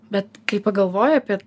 bet kai pagalvoji apie